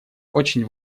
очень